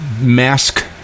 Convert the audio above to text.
mask